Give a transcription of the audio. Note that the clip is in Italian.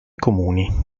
comuni